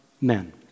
men